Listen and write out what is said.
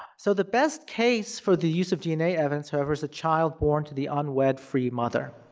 so the best case for the use of dna evidence however, is the child born to the unwed free mother.